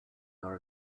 nor